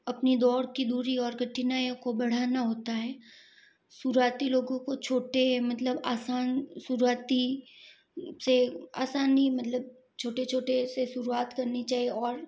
अपनी दौड़ की दूरी और कठिनाइयों को बढ़ाना होता है शुरुआत लोगों को छोटे मतलब आसान शुरुआत से आसानी मतलब छोटे छोटे से शुरुआत करनी चाहिए और